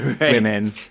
women